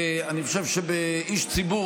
אני חושב שאיש ציבור,